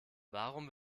warum